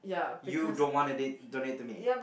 you don't wanna date donate to me